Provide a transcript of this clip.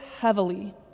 heavily